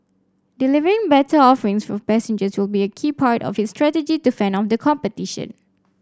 delivering better offerings for passengers will be a key part of its strategy to fend off the competition